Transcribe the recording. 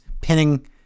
pinning